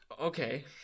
Okay